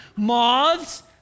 Moths